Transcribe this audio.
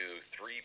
three